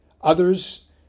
Others